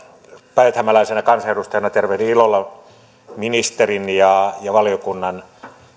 päijäthämäläisenä kansanedustajana tervehdin ilolla ministerin ja ja valiokunnan